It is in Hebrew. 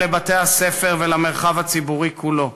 אל בתי-הספר ואל המרחב הציבורי כולו.